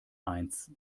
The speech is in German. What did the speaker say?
eins